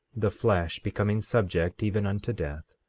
the flesh becoming subject even unto death,